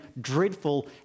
dreadful